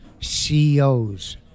CEOs